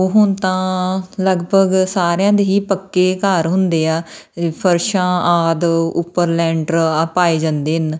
ਉਹ ਹੁਣ ਤਾਂ ਲਗਭਗ ਸਾਰਿਆਂ ਦੇ ਹੀ ਪੱਕੇ ਘਰ ਹੁੰਦੇ ਆ ਫਰਸ਼ਾਂ ਆਦਿ ਉੱਪਰ ਲੈਂਟਰ ਪਾਏ ਜਾਂਦੇ ਇੰਨ